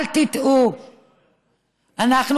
אל תטעו,